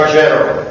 general